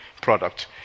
product